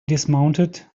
dismounted